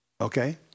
okay